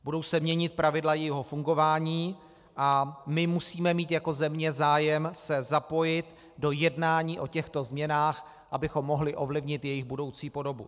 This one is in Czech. Budou se měnit pravidla jejího fungování a my musíme mít jako země zájem se zapojit do jednání o těchto změnách, abychom mohli ovlivnit jejich budoucí podobu.